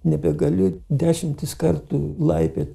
nebegaliu dešimtis kartų laipiot